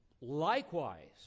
Likewise